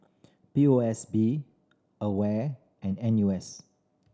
P O S B AWARE and N U S